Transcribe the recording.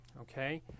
okay